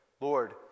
Lord